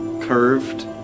curved